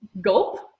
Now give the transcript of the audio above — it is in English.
gulp